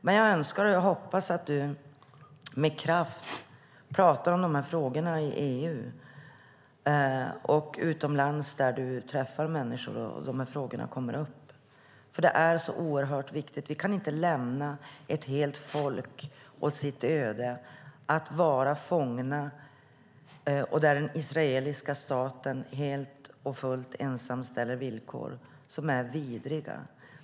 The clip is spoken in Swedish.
Men jag önskar och hoppas att du med kraft talar om de här frågorna i EU och utomlands när du träffar människor och de här frågorna kommer upp, för det är så oerhört viktigt. Vi kan inte lämna ett helt folk åt sitt öde att vara fångna och där den israeliska staten helt och fullt ensam ställer villkor som är vidriga.